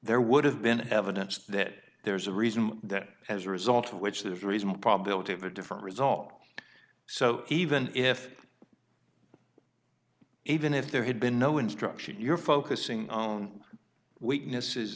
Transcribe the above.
there would have been evidence that there's a reason that as a result of which there's a reasonable probability of a different result so even if even if there had been no instruction you're focusing on weaknesses